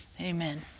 amen